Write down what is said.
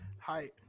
hi